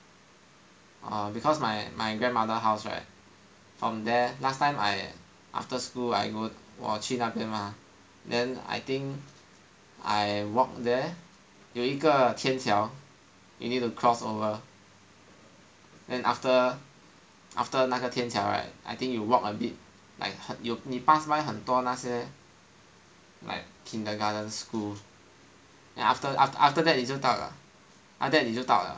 orh because my my grandmother house right from there last time I after school I go 我去那边 mah then I think I walk there 有一个天桥 you need to cross over then after after 那个天桥 right I think you walk a bit like you 你 pass by 很多那些 like kindergarten schools and after after after that 你就到了 after that 你就到了